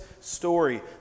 story